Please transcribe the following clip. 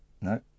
No